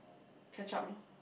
catch up lor